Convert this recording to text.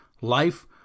life